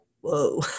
whoa